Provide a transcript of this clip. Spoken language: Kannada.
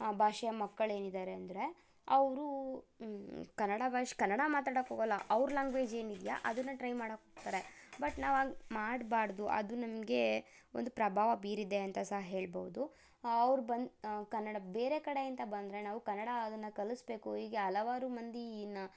ಭಾಷೆಯ ಮಕ್ಕಳೇನಿದ್ದಾರೆ ಅಂದರೆ ಅವರು ಕನ್ನಡ ಭಾಷೆ ಕನ್ನಡ ಮಾತಾಡಕ್ಕೆ ಹೋಗಲ್ಲ ಅವರ ಲ್ಯಾಂಗ್ವೇಜ್ ಏನಿದ್ಯೋ ಅದನ್ನು ಟ್ರೈ ಮಾಡಕ್ಕೋಗ್ತಾರೆ ಬಟ್ ನಾವು ಹಂಗೆ ಮಾಡ್ಬಾಡ್ದು ಅದು ನಮಗೆ ಒಂದು ಪ್ರಭಾವ ಬೀರಿದೆ ಅಂತ ಸಹ ಹೇಳ್ಬೋದು ಅವ್ರು ಬಂದು ಕನ್ನಡ ಬೇರೆ ಕಡೆಯಿಂದ ಬಂದರೆ ನಾವು ಕನ್ನಡ ಅದನ್ನು ಕಲಿಸಬೇಕು ಹೀಗೆ ಹಲವಾರು ಮಂದಿ ಇನ್ನು